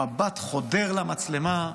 במבט חודר למצלמה,